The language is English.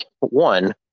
one